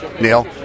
Neil